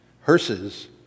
hearses